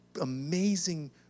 amazing